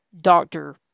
doctor